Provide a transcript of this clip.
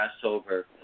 Passover